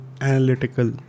analytical